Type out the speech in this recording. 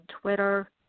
Twitter